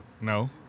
No